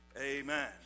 Amen